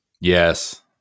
Yes